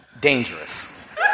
Dangerous